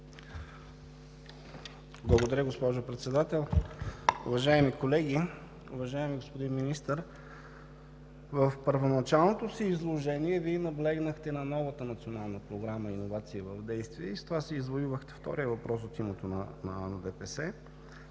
Благодаря, госпожо Председател. Уважаеми колеги, уважаеми господин Министър! В първоначалното си изложение Вие наблегнахте на новата Национална програма „Иновации в действие“ и с това си извоювахте втория въпрос от името на ДПС.